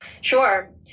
Sure